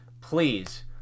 please